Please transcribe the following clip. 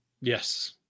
Yes